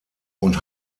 und